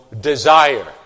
desire